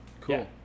Cool